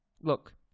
Look